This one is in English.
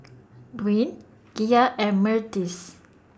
Dawne Gia and Myrtis